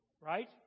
right